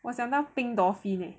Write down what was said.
我想到 pink dolphin leh